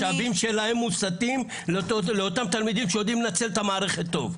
המשאבים שלהם מוסתים לאותם תלמידים שיודעים לנצל את המערכת טוב.